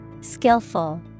Skillful